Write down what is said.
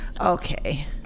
Okay